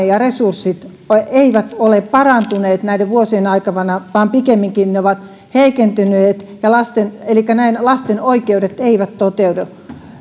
ja resurssit eivät ole parantuneet näiden vuosien aikana vaan pikemminkin ne ovat heikentyneet elikkä lasten oikeudet eivät toteudu